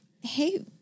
hey